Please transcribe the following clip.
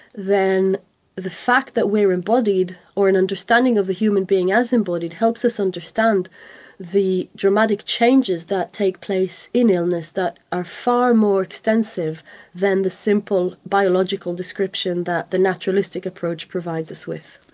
the fact that we're embodied or an understanding of the human being as embodied, helps us understand the dramatic changes that take place in illness that are far more extensive than the simple biological description that the naturalistic approach provides us with.